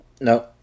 No